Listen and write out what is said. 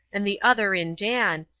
and the other in dan,